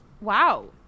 Wow